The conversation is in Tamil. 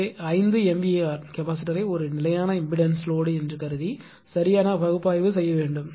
எனவே 5 MVAr கெப்பாசிட்டர்யை ஒரு நிலையான இம்பெடன்ஸ் லோடுஎன்று கருதி சரியான பகுப்பாய்வு செய்ய வேண்டும்